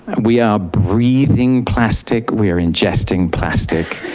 and we are breathing plastic, we're ingesting plastic,